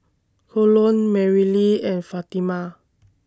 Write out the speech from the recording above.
Colon Merrilee and Fatima